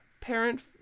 parent